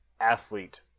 athlete